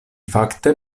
fakte